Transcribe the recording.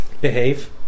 Behave